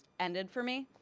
ended for me.